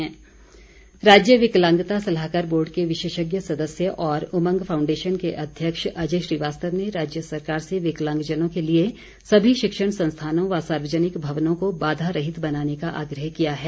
उमंग foundation राज्य विकलांगता सलाहकार बोर्ड के विशेषज्ञ सदस्य और उमंग फाउंडेशन के अध्यक्ष अजय श्रीवास्तव ने राज्य सरकार से विकलांगजनों के लिए सभी शिक्षण संस्थानों व सार्वजनिक भवनों को बाघा रहित बनाने का आग्रह किया है